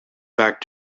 back